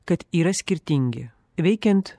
kad yra skirtingi veikiant